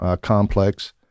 complex